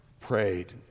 prayed